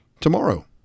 Tomorrow